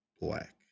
black